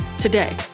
today